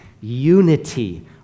unity